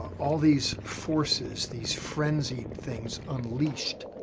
all these forces, these frenzied things unleashed.